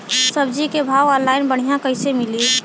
सब्जी के भाव ऑनलाइन बढ़ियां कइसे मिली?